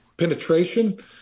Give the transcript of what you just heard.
penetration